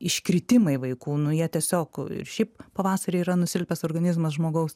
iškritimai vaikų nu jie tiesiog ir šiaip pavasarį yra nusilpęs organizmas žmogaus